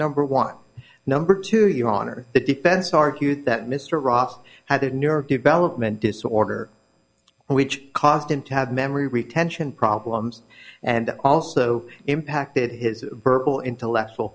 number one number two you honor the defense argued that mr ross had the nerve development disorder which caused him to have memory retention problems and also impacted his verbal intellectual